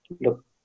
look